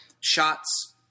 shots